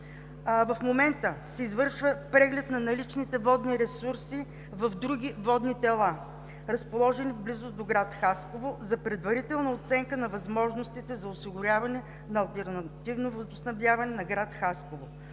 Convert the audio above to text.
В момента се извършва преглед на наличните водни ресурси в други водни тела, разположени в близост до град Хасково, за предварителна оценка на възможностите за осигуряване на алтернативно водоснабдяване на град Хасково.